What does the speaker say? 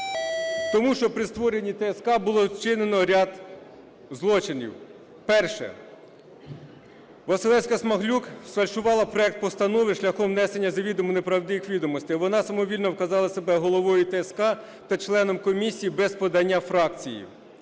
тому що при створенні ТСК було вчинено ряд злочинів. Перше. Василевська-Смаглюк сфальшувала проект постанови шляхом внесення завідомо неправдивих відомостей. Вона самовільно вказала себе головою ТСК та членом комісії, без подання фракції.